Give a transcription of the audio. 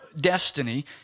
destiny